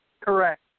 Correct